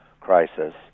crisis